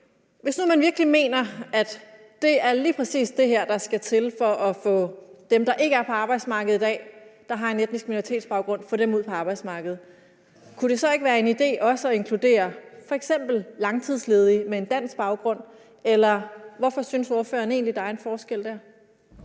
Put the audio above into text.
Hvis nu man virkelig mener, at det er lige præcis det her, der skal til for at få dem, der ikke er på arbejdsmarkedet i dag, og som har en etnisk minoritetsbaggrund, ud på arbejdsmarkedet, kunne det så ikke være en idé også at inkludere langtidsledige med en dansk baggrund, eller hvorfor synes ordføreren egentlig, at der er en forskel der?